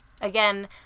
again